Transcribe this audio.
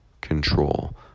control